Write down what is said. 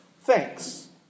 thanks